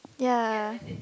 ya